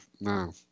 no